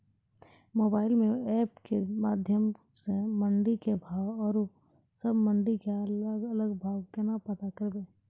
Mobile म app के माध्यम सऽ मंडी के भाव औरो सब मंडी के अलग अलग भाव केना पता करबै?